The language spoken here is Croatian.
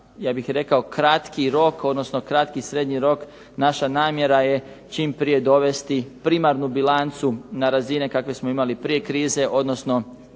ja bih rekao kratki rok odnosno kratki srednji rok, naša namjera je čim prije dovesti primarnu bilancu na razine kakve smo imali prije krize odnosno